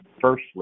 Firstly